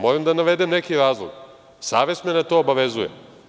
Moram da navedem neki razlog, savest me na to obavezuje.